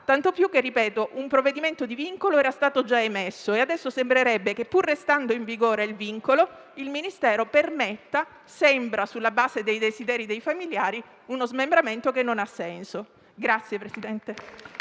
tanto più che - ripeto - un provvedimento di vincolo era già stato emesso e adesso sembrerebbe che, pur restando in vigore il vincolo, il Ministero permetta - a quanto sembra, sulla base dei desideri dei familiari - uno smembramento che non ha senso.